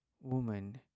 Woman